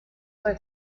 fue